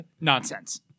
Nonsense